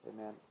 Amen